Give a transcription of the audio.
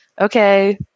okay